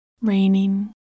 Raining